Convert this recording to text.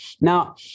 Now